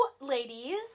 ladies